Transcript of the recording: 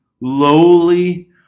lowly